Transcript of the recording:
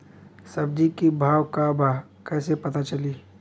सब्जी के भाव का बा कैसे पता चली?